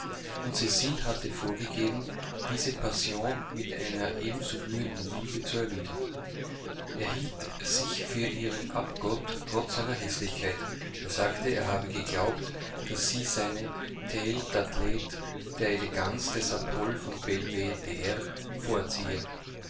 und cecile hatte vorgegeben diese passion mit einer ebenso glühenden liebe zu erwidern er hielt sich für ihren abgott trotz seiner häßlichkeit er sagte er habe geglaubt daß sie seine taille d'athlte der eleganz des apoll von belvedere vorziehe